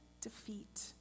defeat